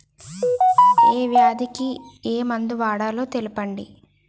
ఏ వ్యాధి కి ఏ మందు వాడాలో తెల్పండి?